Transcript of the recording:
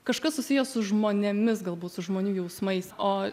kažkas susiję su žmonėmis galbūt su žmonių jausmais o